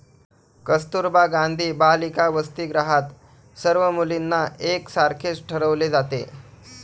कस्तुरबा गांधी बालिका वसतिगृहात सर्व मुलींना एक सारखेच ठेवले जाते